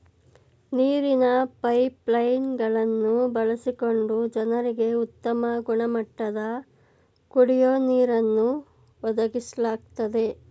ನೀರಿನ pipeline ಗಳನ್ನು ಬಳಸಿಕೊಂಡು ಜನರಿಗೆ ಉತ್ತಮ ಗುಣಮಟ್ಟದ ಕುಡಿಯೋ ನೀರನ್ನು ಒದಗಿಸ್ಲಾಗ್ತದೆ